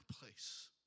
place